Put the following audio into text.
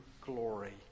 glory